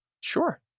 Sure